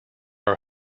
are